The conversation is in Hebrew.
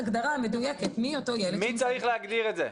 מי צריך להגדיר את זה?